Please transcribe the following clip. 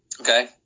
Okay